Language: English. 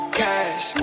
cash